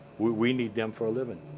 we we need them for a living.